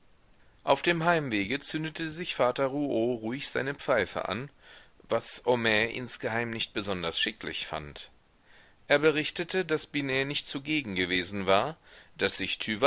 auf dem heimwege zündete sich vater rouault ruhig seine pfeife an was homais insgeheim nicht besonders schicklich fand er berichtete daß binet nicht zugegen gewesen war daß sich